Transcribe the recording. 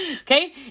Okay